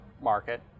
market